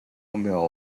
mill